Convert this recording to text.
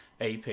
AP